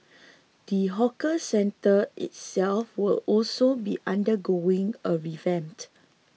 the hawker centre itself will also be undergoing a revamp